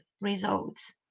results